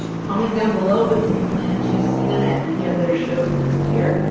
comment down below with if you plan to see them at any of their shows this year,